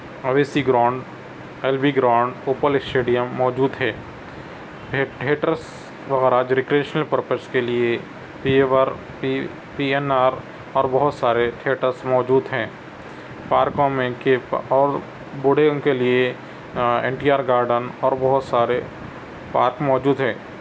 Owaisi ground L B ground Uppal stadium موجود ہے theatres وغیرہ پرپز کے لیے پی این آر اور بہت سارے تھیٹرس موجود ہیں پارکوں میں اور بوڑھوں کے لیے این ٹی آر گارڈن اور بہت سارے پارک موجود ہے